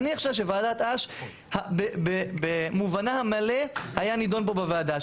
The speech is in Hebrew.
נניח שוועדת אש במובנה המלא היה נידון פה בוועדה,